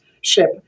ship